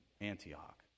Antioch